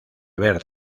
ver